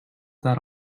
that